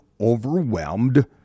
overwhelmed